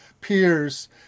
peers